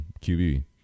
QB